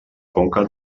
conca